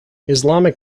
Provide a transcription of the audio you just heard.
islamic